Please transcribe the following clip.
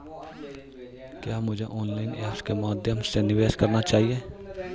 क्या मुझे online apps के माध्यम से निवेश करना चाहिए?